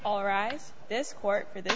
all right this court for th